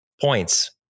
points